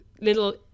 little